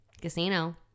casino